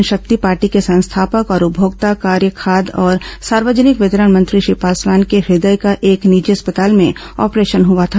लोक जनशक्ति पार्टी के संस्थापक और उपभोक्ता कार्य खाद्य तथा सार्वजनिक वितरण मंत्री श्री पासवान के हृदय का एक निजी अस्पताल में आपरेशन हुआ था